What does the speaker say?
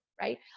right